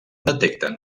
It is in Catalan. detecten